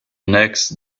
next